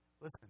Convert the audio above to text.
Listen